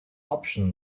option